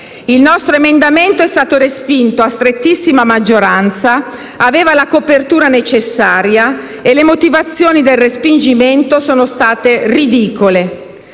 Il nostro emendamento è stato respinto a strettissima maggioranza; aveva la copertura necessaria e le motivazioni del respingimento sono state ridicole.